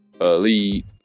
Elite